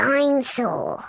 Dinosaur